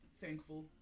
thankful